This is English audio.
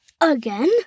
again